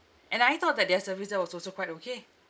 and I thought that their service there was also quite okay